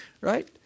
right